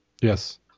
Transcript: Yes